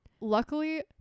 Luckily